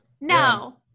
No